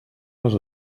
les